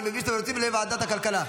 אני מבין שאתם רוצים לוועדת הכלכלה.